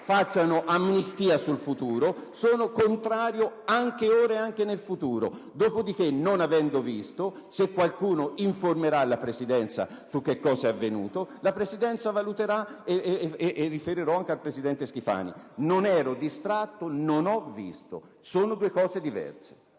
facciano amnistia sul futuro, sono contrario anche ora e anche in futuro. Dopodiché, non avendo visto, se qualcuno informerà la Presidenza su quanto è avvenuto, la Presidenza valuterà e riferirà al presidente Schifani. Non ero distratto, ma non ho visto; sono due cose diverse.